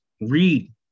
read